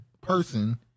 person